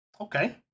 Okay